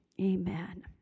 amen